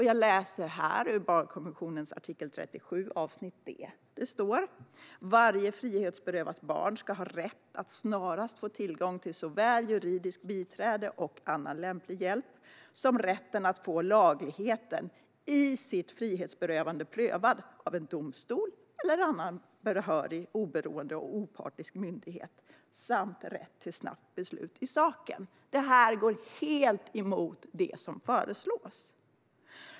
Jag läser ur barnkonventionens artikel 37, avsnitt d: "Varje frihetsberövat barn skall ha rätt att snarast få tillgång till såväl juridisk biträde och annan lämplig hjälp som rätt att få lagligheten i sitt frihetsberövande prövad av en domstol eller annan behörig, oberoende och opartisk myndighet samt rätt till ett snabbt beslut i saken." Detta går helt emot det som föreslås.